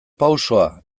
pausoa